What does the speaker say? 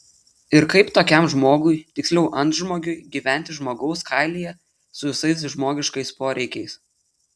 ir kaip tokiam žmogui tiksliau antžmogiui gyventi žmogaus kailyje su visais žmogiškais poreikiais